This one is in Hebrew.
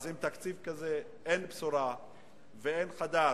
אז עם תקציב כזה, אין בשורה ואין חדש.